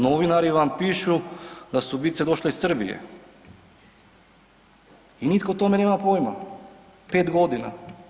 Novinari vam pišu da su ubice došle iz Srbije i nitko o tome nema pojma, 5 godina.